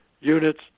units